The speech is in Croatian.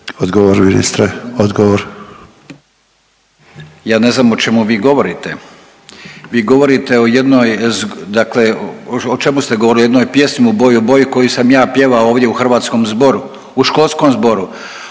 Gordan (HDZ)** Ja ne znam o čemu vi govorite, vi govorite o jednoj dakle o čemu ste govorili, o jednoj pjesmi „U boj, u boj“ koju sam ja pjevao ovdje u hrvatskom zboru, u školskom zboru,